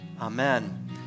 Amen